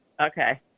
Okay